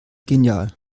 genial